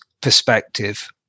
perspective